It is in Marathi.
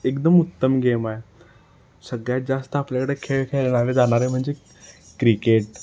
एकदम उत्तम गेम आहे सगळ्यात जास्त आपल्याकडे खेळ खेळणारे जाणारे म्हणजे क्रिकेट